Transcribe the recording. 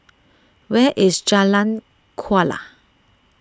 where is Jalan Kuala